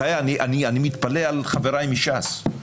בחיי, אני מתפלא על חבריי מש"ס,